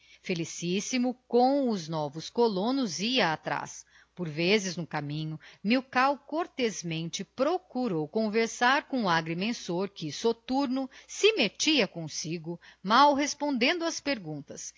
felicíssimo com os novos colonos ia atraz por vezes no caminho mílkau cortezmente procurou conversar com o agrimensor que soturno se mettia comsigo mal respondendo ás perguntas